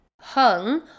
hung